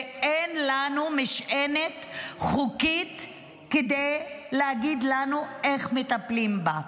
ואין לנו משענת חוקית כדי להגיד לנו איך מטפלים בה.